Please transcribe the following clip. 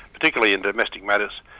particularly in domestic matters,